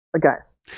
guys